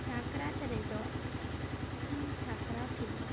ᱥᱟᱠᱨᱟᱛ ᱨᱮᱫᱚ ᱥᱤᱧ ᱥᱟᱠᱨᱟᱛ ᱦᱤᱞᱳᱜ